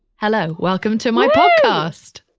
hello. welcome to my podcast